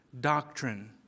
doctrine